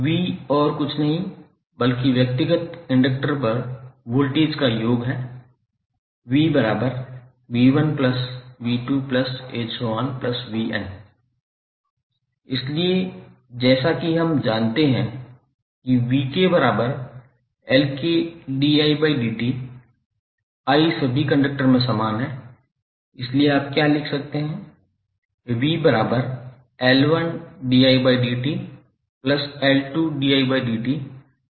𝑣 और कुछ नहीं बल्कि व्यक्तिगत इंडक्टर पर वोल्टेज का योग है 𝑣𝑣1𝑣2⋯𝑣𝑛 इसलिए जैसा कि हम जानते हैं कि i सभी इंडक्टर में समान हैं इसलिए आप क्या लिख सकते हैं